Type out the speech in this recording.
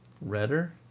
Redder